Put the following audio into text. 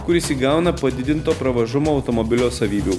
kuris įgauna padidinto pravažumo automobilio savybių